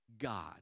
God